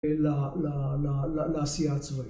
לעשיה הצבאית.